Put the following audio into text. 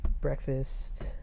breakfast